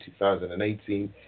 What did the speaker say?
2018